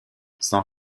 sans